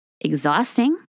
exhausting